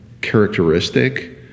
characteristic